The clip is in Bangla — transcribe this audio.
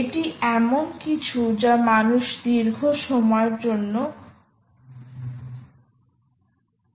এটি এমন কিছু যা মানুষ দীর্ঘ সময়ের জন্য অন্বেষণ করছে